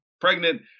pregnant